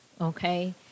okay